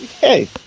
hey